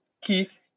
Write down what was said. Keith